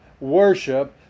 worship